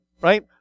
right